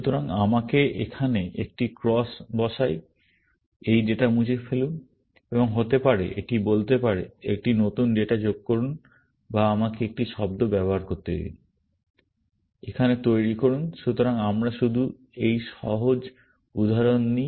সুতরাং আমাকে এখানে একটি ক্রস বসাই এই ডেটা মুছে ফেলুন এবং হতে পারে এটি বলতে পারে একটি নতুন ডেটা যোগ করুন বা আমাকে একটি শব্দ ব্যবহার করতে দিন এখানে তৈরি করুন সুতরাং আমরা শুধু এই সহজ উদাহরণ নেই